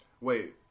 Wait